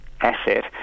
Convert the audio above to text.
asset